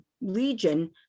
region